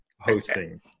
hosting